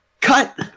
cut